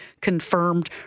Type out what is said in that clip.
confirmed